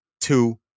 Two